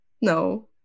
No